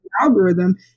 algorithm